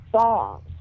songs